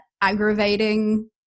aggravating